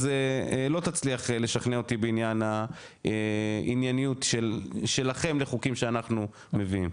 אז לא תצליח לשכנע אותי בעניין הענייניות שלכם לחוקים שאנחנו מביאים.